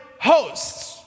hosts